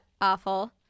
awful